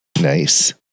Nice